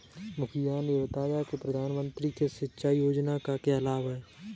मुखिया ने बताया कि प्रधानमंत्री कृषि सिंचाई योजना का क्या लाभ है?